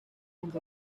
and